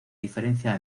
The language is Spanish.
diferencia